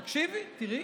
תקשיבי, תראי.